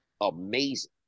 amazing